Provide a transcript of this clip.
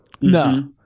No